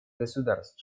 государств